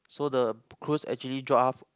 so the cruise actually draft